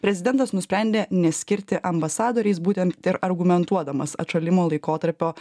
prezidentas nusprendė neskirti ambasadoriais būtent ir argumentuodamas atšalimo laikotarpio